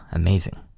amazing